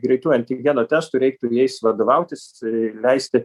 greitųjų antigenų testų reiktų jais vadovautis ir leisti